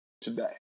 today